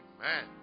Amen